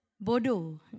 Bodo